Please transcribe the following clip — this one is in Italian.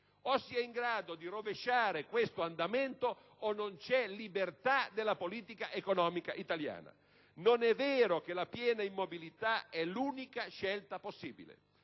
O si è in grado di rovesciare questo andamento o non c'è libertà della politica economica italiana. Non è vero che la piena immobilità è l'unica scelta possibile: